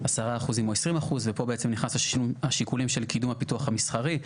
10% או 20%. ופה בעצם נכנס השיקולים של קידום הפיתוח המסחרי,